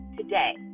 today